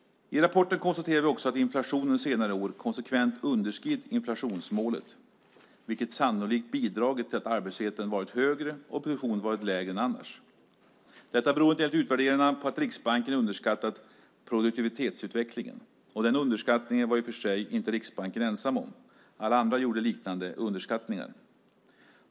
I rapporten konstaterar vi också att inflationen under senare år konsekvent underskridit inflationsmålet, vilket sannolikt bidragit till att arbetslösheten varit högre och produktionen lägre än annars. Detta beror enligt utvärderarna på att Riksbanken underskattat produktivitetsutvecklingen. Den underskattningen var i och för sig inte Riksbanken ensam om. Alla andra gjorde liknande underskattningar.